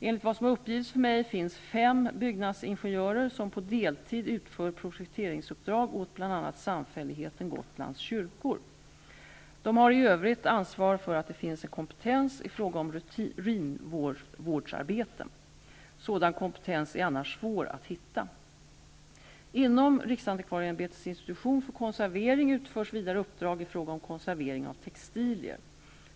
Enligt vad som uppgivits för mig finns fem byggnadsingenjörer, som på deltid utför projekteringsuppdrag åt bl.a. samfälligheten Gotlands kyrkor. De har i övrigt ansvar för att det finns en kompetens i fråga om ruinvårdsarbeten. Sådan kompetens är annars svår att hitta. Inom riksantikvarieämbetets institution för konservering utförs vidare uppdrag i fråga om konservering av textilier.